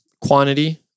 quantity